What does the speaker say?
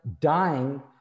dying